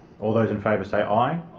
all those in favour say aye.